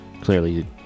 clearly